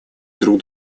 друг